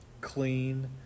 clean